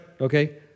Okay